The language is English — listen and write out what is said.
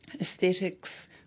aesthetics